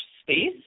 space